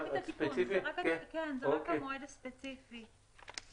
זה רק המועד הספציפי.